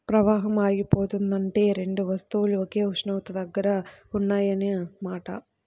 ప్రవాహం ఆగిపోయిందంటే రెండు వస్తువులు ఒకే ఉష్ణోగ్రత దగ్గర ఉన్నాయన్న మాట